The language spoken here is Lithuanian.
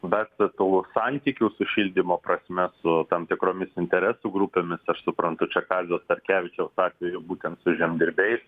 bet tų santykių sušildymo prasme su tam tikromis interesų grupėmis aš suprantu čia kazio starkevičiaus atveju būtent su žemdirbiais